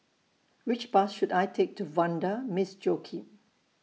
Which Bus should I Take to Vanda Miss Joaquim